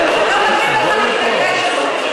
זה לא מתאים לך להתנגד לזה.